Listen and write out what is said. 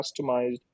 customized